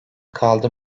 kaldı